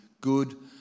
good